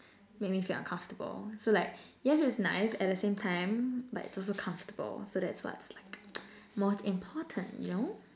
make me feel uncomfortable so like yes it's nice at the same time but it's also comfortable so that's what's like most important you know